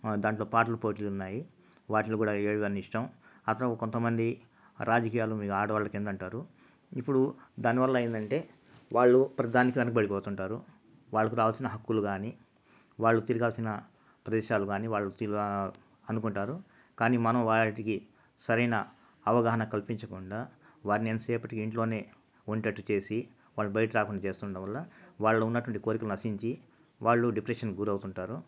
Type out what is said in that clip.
దాంట్లో పాటలు పోటీలు ఉన్నాయి వాటిలో కూడా ఏది అంటే ఇష్టం అసలు కొంతమంది రాజకీయాలు మీద ఆడవాళ్ళుకు ఏంటి అంటారు ఇప్పుడు దానివల్ల ఏంటంటే వాళ్ళు ప్రతి దానికి కింద పడిపోతున్నారు వాళ్ళకు రావాల్సిన హక్కులు కాని వాళ్ళు తిరగాల్సిన ప్రదేశాలు కానీ వాళ్ళు తిర అనుకుంటారు కానీ మనం వాటికి సరైన అవగాహన కల్పించకుండా వారిని ఎంతసేపటి ఇంట్లోనే ఉండేటట్టు చేసి బయటకు రాకుండా చేస్తూ ఉండడంవల్ల వాళ్ళు ఉన్నట్టుండి కోరిక నశించి వాళ్ళు డిప్రెషన్ గురవుతుంటారు